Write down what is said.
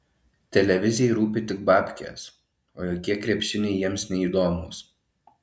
televizijai rūpi tik babkės o jokie krepšiniai jiems neįdomūs